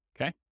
Okay